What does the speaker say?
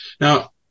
Now